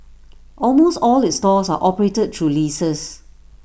almost all its stores are operated through leases